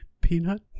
Peanut